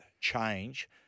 change